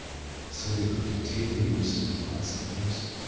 so they could dictate their routes to the monks in person.